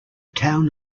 town